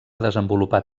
desenvolupar